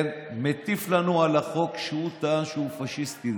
כן, מטיף לנו על החוק שהוא טען שהוא פשיסטי.